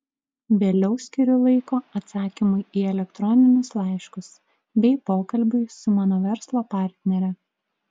vėliau skiriu laiko atsakymui į elektroninius laiškus bei pokalbiui su mano verslo partnere